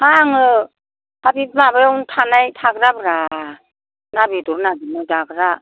हा आङो हा बे माबायावनो थानाय थाग्राब्रा ना बेदर नागेरनानै जाग्रा